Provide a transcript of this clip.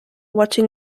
watching